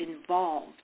involved